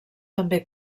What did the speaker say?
també